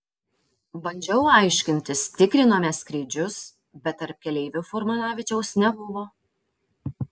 bandžiau aiškintis tikrinome skrydžius bet tarp keleivių furmanavičiaus nebuvo